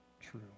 true